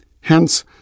Hence